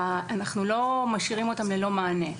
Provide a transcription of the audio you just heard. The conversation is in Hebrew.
אנחנו לא משאירים אותם ללא מענה.